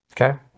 Okay